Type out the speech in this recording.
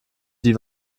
die